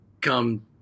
come